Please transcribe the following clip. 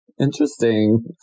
interesting